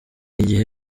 igihe